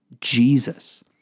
Jesus